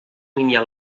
minha